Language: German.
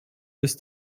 ist